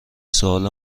سوال